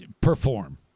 Perform